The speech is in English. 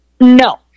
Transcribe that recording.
No